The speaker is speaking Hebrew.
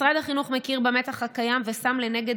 משרד החינוך מכיר במתח הקיים ושם לנגד